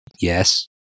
Yes